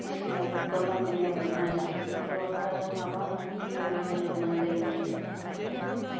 इसिनियाबो बोरमाफोरनियाबो मोजां इफोरावबो आरो माबा माबि मुलि होनो गोनां जायो होमबाना ओंखायनो जों